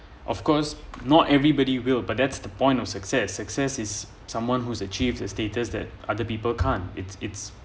of course not everybody will but that's the point of success success is someone who's achieved a status that other people can't it's it's